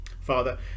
father